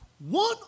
One